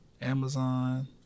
amazon